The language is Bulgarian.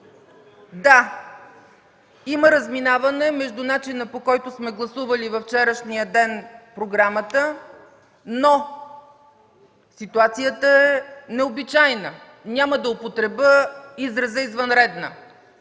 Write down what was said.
Да, има разминаване между начина, по който сме гласували във вчерашния ден програмата, но ситуацията е необичайна, няма да употребя израза „извънредна”.